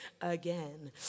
again